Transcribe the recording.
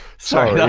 sorry, yeah